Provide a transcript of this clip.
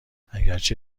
اگرچه